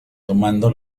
tomando